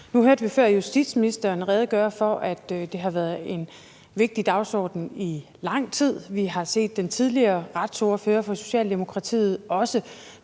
Nu hørte vi før justitsministeren redegøre for, at det har været en vigtig dagsorden i lang tid. Vi har også set den tidligere retsordfører for Socialdemokratiet presse